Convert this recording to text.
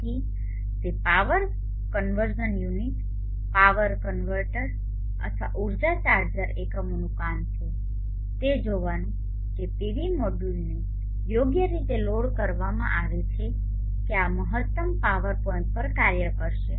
તેથી તે power conversion unit power converter અથવા ઉર્જા ચાર્જર એકમોનું કામ છે તે જોવાનું કે પીવી મોડ્યુલને યોગ્ય રીતે લોડ રજૂ કરવામાં આવે છે કે આ મહત્તમ પાવર પોઇન્ટ પર કાર્ય કરશે